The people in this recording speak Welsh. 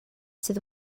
sydd